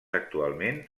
actualment